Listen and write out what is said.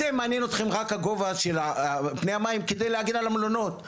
אתם מעניין אתכם רק הגובה של פני המים כדי להגן על המלונות,